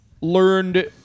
learned